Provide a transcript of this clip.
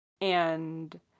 and-